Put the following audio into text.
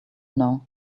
know